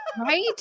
right